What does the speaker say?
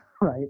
right